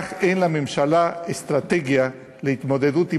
כך אין לממשלה אסטרטגיה להתמודדות עם